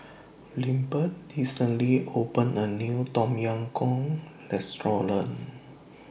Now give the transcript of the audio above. Lindbergh recently opened A New Tom Yam Goong Restaurant